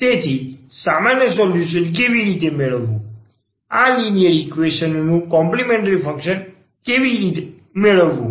તેથી સામાન્ય સોલ્યુશન કેવી રીતે મેળવવું આ લિનિયર ઈક્વેશન નું કોમ્પલિમેન્ટ્રી ફંક્શન કેવી રીતે મેળવવું